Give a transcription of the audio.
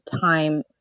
time